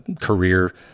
career